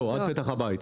עד פתח הבית.